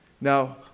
Now